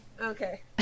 Okay